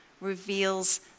reveals